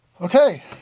Okay